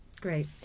Great